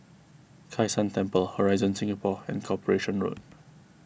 Kai San Temple Horizon Singapore and Corporation Road